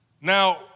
Now